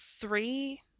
three